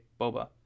Boba